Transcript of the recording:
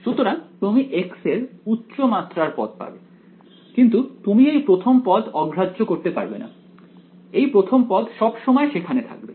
সুতরাং তুমি x এর উচ্চ মাত্রার পদ পাবে কিন্তু তুমি এই প্রথম পদ অগ্রাহ্য করতে পারবেনা এই প্রথম পদ সব সময় সেখানে থাকবে